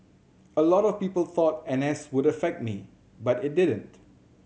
a lot of people thought N S would affect me but it didn't